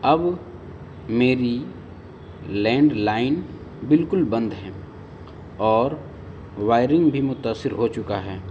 اب میری لینڈلائن بالکل بند ہے اور وائرنگ بھی متاثر ہو چکا ہے